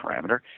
parameter